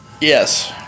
Yes